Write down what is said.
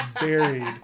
buried